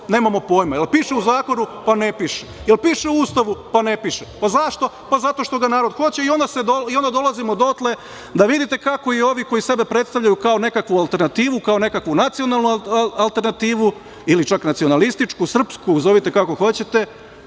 nemamo pojma. Jel piše u zakonu? Ne piše. Jel piše u Ustavu? Ne piše. Zašto? Zato što ga narod hoće i onda dolazimo dotle da vidite kako i ovi koji sada predstavljaju kao nekakvu alternativu, kao nekakvu nacionalnu alternativu ili čak nacionalističku, srpsku, zovite kako hoćete,